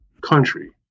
country